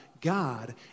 God